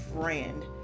friend